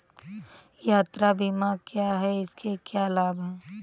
यात्रा बीमा क्या है इसके क्या लाभ हैं?